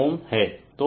तो यह 2840Ω है